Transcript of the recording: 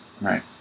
Right